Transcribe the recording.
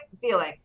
feeling